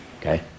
okay